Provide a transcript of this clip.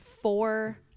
four